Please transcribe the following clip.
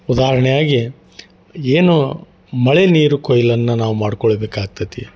ಉದಾಹರಣೆಯಾಗಿ ಏನು ಮಳೆ ನೀರು ಕೊಯ್ಲನ್ನು ನಾವು ಮಾಡ್ಕೊಳ್ಳಬೇಕಾಗ್ತತಿ